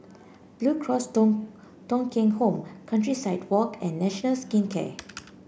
Blue Cross Thong Thong Kheng Home Countryside Walk and National Skin Care